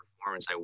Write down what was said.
performance